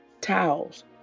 towels